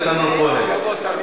ההפגנה.